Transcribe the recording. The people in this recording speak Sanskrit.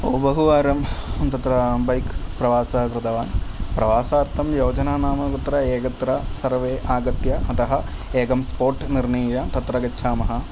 बहुवारं तत्र बैक् प्रवासः कृतवान् प्रवासार्थं योजनानाम कुत्र एकत्र सर्वे आगत्य अतः एकं स्पोट् निर्णिय तत्र गच्छामः